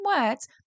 words